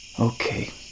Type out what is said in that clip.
Okay